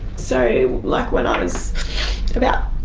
so like when i was about